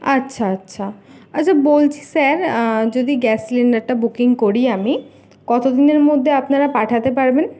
আচ্ছা আচ্ছা আচ্ছা বলছি স্যার যদি গ্যাস সিলিন্ডারটা বুকিং করি আমি কতদিনের মধ্যে আপনারা পাঠাতে পারবেন